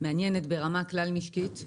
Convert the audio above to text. שמעניינת ברמה כלל משקית,